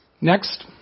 Next